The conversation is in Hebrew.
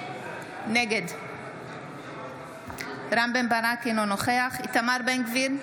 נגד רם בן ברק, אינו נוכח איתמר בן גביר,